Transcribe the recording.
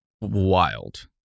wild